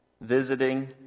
visiting